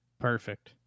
Perfect